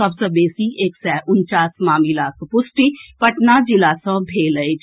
सभ सँ बेसी एक सय उनचास मामिलाक पुष्टि पटना जिला सँ भेल अछि